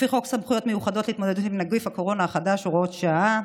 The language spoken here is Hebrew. לפי חוק סמכויות מיוחדות להתמודדות עם נגיף הקורונה החדש (הוראת שעה),